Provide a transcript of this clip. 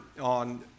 on